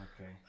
Okay